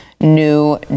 new